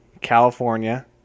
California